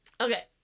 Okay